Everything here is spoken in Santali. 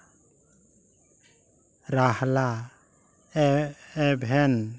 ᱨᱟᱦᱞᱟ ᱮᱵᱷᱮᱱ